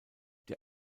der